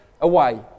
away